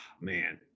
Man